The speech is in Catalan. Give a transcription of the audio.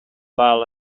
pal